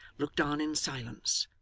looked on in silence,